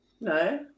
No